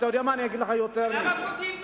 אגיד לך יותר מזה, אבל למה פוגעים בנו?